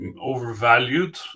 overvalued